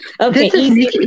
Okay